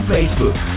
Facebook